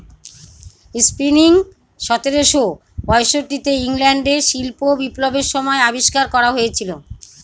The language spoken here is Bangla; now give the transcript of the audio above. স্পিনিং সতেরোশো পয়ষট্টি তে ইংল্যান্ডে শিল্প বিপ্লবের সময় আবিষ্কার করা হয়েছিল